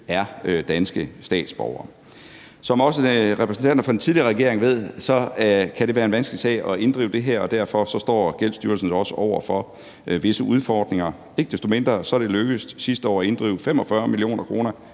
er danske statsborgere. Som også repræsentanter for den tidligere regering ved, kan det være en vanskelig sag at inddrive det her, og derfor står Gældsstyrelsen jo også over for visse udfordringer. Ikke desto mindre er det sidste år lykkedes at inddrive ca. 45 mio. kr.